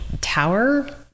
tower